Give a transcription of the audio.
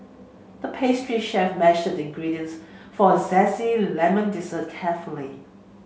the pastry chef measured the ingredients for a zesty lemon dessert carefully